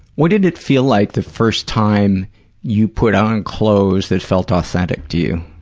what did it feel like the first time you put on clothes that felt authentic to you?